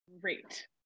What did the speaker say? Great